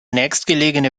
nächstgelegene